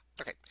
Okay